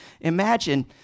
imagine